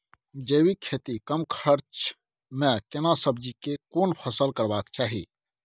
जैविक खेती कम खर्च में केना सब्जी के कोन फसल करबाक चाही?